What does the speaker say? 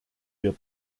wir